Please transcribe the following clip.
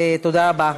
תודה רבה.